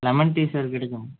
lemon tea sir கிடைக்குமா